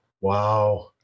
Wow